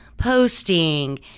posting